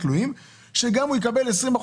שגם הוא יקבל 20%,